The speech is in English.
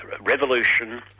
revolution